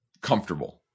comfortable